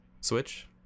switch